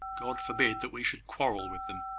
god forbid that we should quarrel with them!